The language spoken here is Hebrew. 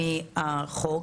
עם החוק.